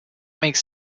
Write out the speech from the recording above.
makes